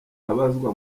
abazwa